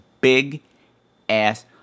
big-ass